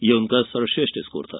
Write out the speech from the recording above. यह उनका सर्वश्रेष्ठ स्कोर था